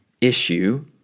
issue